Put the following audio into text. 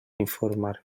informar